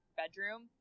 bedroom